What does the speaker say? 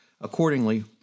Accordingly